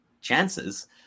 chances